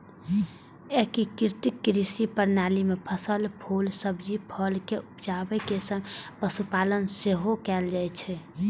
एकीकृत कृषि प्रणाली मे फसल, फूल, सब्जी, फल के उपजाबै के संग पशुपालन सेहो कैल जाइ छै